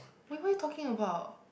wait what you talking about